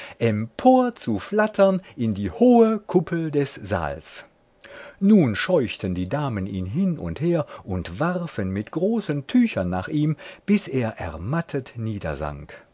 mantel auseinanderspreizte emporzuflattern in die hohe kuppel des saals nun scheuchten die damen ihn hin und her und warfen mit großen tüchern nach ihm bis er ermattet